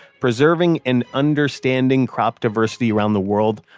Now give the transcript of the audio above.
preserving and understanding crop diversity around the world,